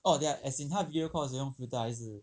hor ya as in 她的 video call 用 filter 还是